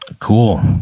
Cool